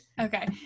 Okay